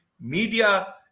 Media